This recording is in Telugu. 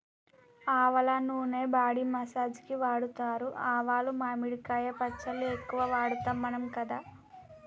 ఆవల నూనె బాడీ మసాజ్ కి వాడుతారు ఆవాలు మామిడికాయ పచ్చళ్ళ ఎక్కువ వాడుతాం మనం కదా